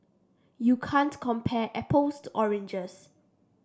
you can't compare apples to oranges